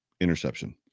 interception